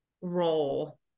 role